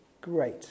Great